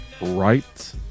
right